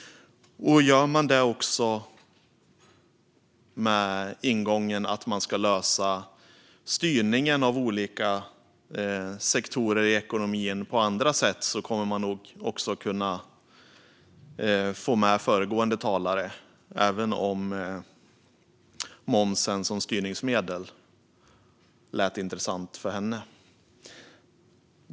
Gör man det med ingången att man ska lösa styrningen av olika sektorer i ekonomin på andra sätt kommer man nog att kunna få med föregående talare - även om momsen som styrmedel lät intressant för henne.